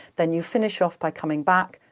then you finish off by coming back,